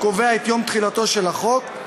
הקובע את יום תחילתו של החוק,